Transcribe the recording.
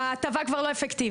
ההטבה כבר לא אפקטיבית.